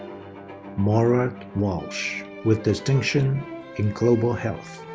maura walsh with distinction in global health.